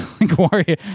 warrior